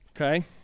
Okay